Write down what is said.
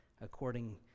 according